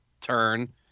turn